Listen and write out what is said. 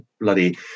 bloody